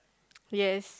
yes